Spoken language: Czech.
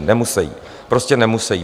Nemusejí, prostě nemusejí.